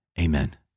Amen